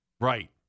Right